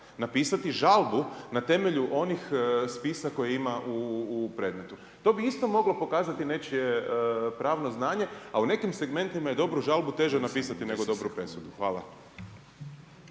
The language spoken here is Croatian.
napisati žalbu na temelju onih spisa koje ima u predmetu. To bi isto moglo pokazati nečije pravno znanje a u nekim segmentima je dobru žalbu teže napisati nego dobru presudu. Hvala.